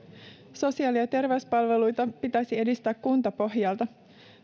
sosiaali ja terveyspalveluita pitäisi edistää kuntapohjalta